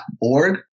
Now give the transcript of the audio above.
org